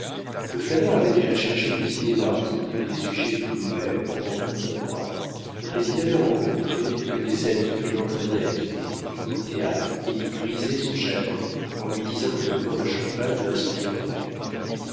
le flâneur avait déjà cherché des idées d'articles et des sujets de nouvelles pendant tout un mois mais il n'avait rencontré que des amis qui l'entraînaient à dîner au théâtre et qui grisaient son chagrin en lui disant que le vin de champagne